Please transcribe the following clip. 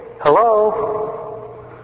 Hello